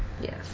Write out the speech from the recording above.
Yes